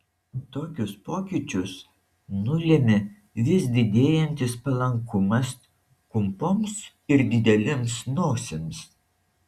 tokius pokyčius nulėmė vis didėjantis palankumas kumpoms ir didelėms nosims